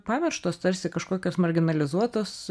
pamirštos tarsi kažkokios marginalizuotos